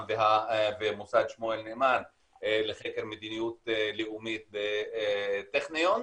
ומוסד שמואל נאמן לחקר מדיניות לאומית בטכניון.